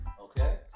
Okay